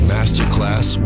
Masterclass